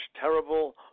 terrible